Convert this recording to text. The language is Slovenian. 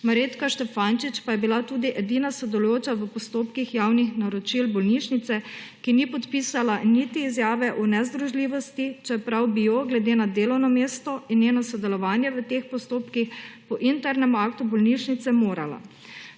Marjetka Štefančič pa je bila tudi edina sodelujoča v postopkih javnih naročil bolnišnice, ki ni podpisala niti izjave o nezdružljivosti, čeprav bi jo glede na delovno mesto in njeno sodelovanje v teh postopkih po internem aktu bolnišnice morala.